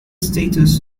status